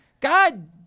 God